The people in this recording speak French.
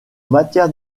matière